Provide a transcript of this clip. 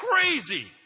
crazy